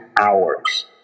hours